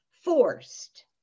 forced